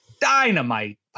dynamite